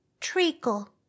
Treacle